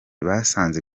basanze